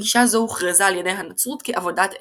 גישה זו הוכרזה על ידי הנצרות כעבודת אלילים.